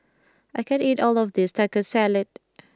I can't eat all of this Taco Salad